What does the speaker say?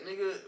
nigga